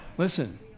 Listen